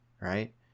Right